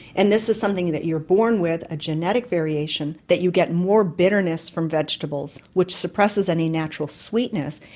and this is something that you're born with, a genetic variation, that you get more bitterness from vegetables, which suppresses any natural sweetness,